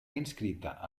inscrita